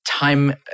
Time